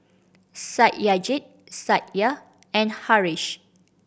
Satyajit Satya and Haresh